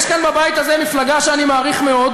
יש כאן בבית הזה מפלגה שאני מעריך מאוד,